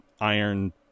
iron